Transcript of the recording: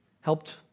helped